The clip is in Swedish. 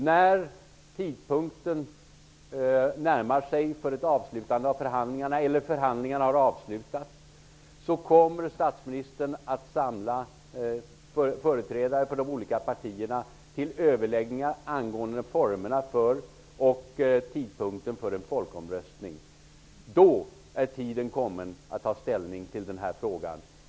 När tidpunkten för ett avslutande av förhandlingarna närmar sig eller när förhandlingarna har avslutats kommer statsministern att samla företrädare för de olika partierna till överläggningar angående formerna och tidpunkterna för en folkomröstning. Då är tiden kommen att ta ställning till den här frågan.